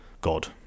God